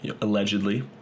allegedly